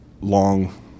long